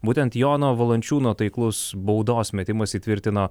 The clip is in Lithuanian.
būtent jono valančiūno taiklus baudos metimas įtvirtino